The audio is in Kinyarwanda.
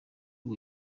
ubu